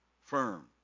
firm